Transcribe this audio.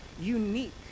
unique